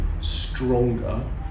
stronger